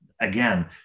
again